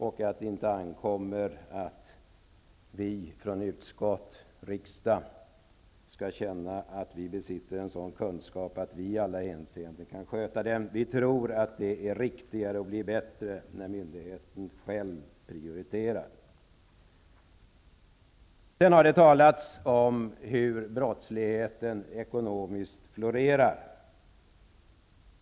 Det ankommer inte på oss i utskott och riksdag att besitta en sådan kunskap att vi i alla hänseenden kan sköta det. Vi tror att det är riktigare och blir bättre när myndigheten själv prioriterar. Det har talats om hur den ekonomiska brottsligheten florerar.